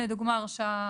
לדוגמה: הרשעה,